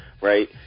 right